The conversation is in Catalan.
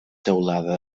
teulada